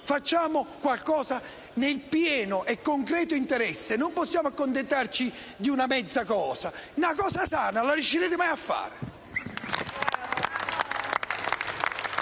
facciamo qualcosa nel pieno e concreto interesse. Non possiamo accontentarci di una mezza cosa. Una cosa sana la riuscirete mai a fare?